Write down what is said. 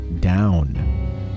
down